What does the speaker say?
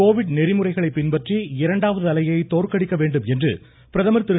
Covid நெறிமுறைகளை பின்பற்றி இரண்டாவது அலையை தோற்கடிக்க வேண்டும் என்று பிரதமர் திரு